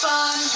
Fun